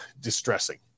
distressing